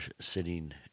sitting